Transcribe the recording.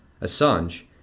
Assange